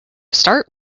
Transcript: start